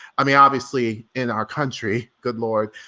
i mean, obviously in our country, good lord.